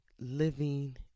living